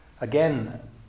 Again